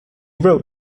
wrote